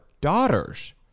daughter's